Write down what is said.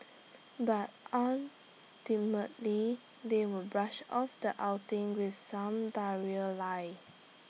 but ultimately they will brush off the outing with some diarrhoea lie